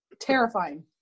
terrifying